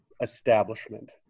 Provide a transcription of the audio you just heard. establishment